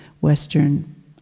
Western